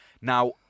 now